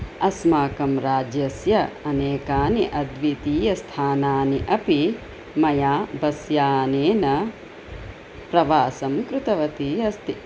अस्माकं राज्यस्य अनेकानि अद्वितीयस्थानानि अपि मया बस् यानेन प्रवासं कृतवती अस्ति